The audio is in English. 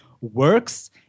works